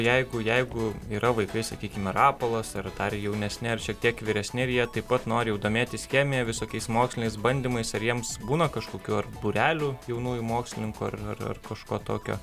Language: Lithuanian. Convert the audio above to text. jeigu jeigu yra vaikai sakykime rapolas ar dar jaunesni ar šiek tiek vyresni ir jie taip pat nori jau domėtis chemija visokiais moksliniais bandymais ar jiems būna kažkokių ar būrelių jaunųjų mokslininkų ar ar ar kažko tokio